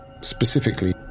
specifically